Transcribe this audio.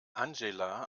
angela